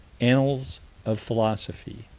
annals of philosophy,